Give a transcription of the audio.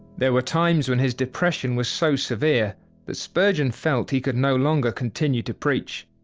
there were times when his depression was so severe that spurgeon felt he could no longer continue to preach.